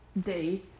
day